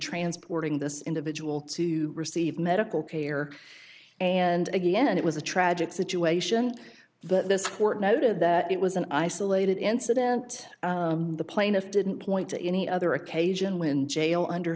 transporting this individual to receive medical care and again it was a tragic situation but this court noted that it was an isolated incident the plaintiff didn't point to any other occasion when jail under